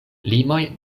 limoj